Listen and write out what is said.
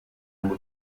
ngo